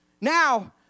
now